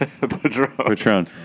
patron